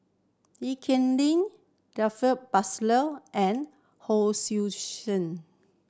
Lee Kip Lin Taufik and Hon Sui Sen